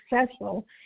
successful